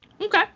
Okay